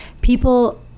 people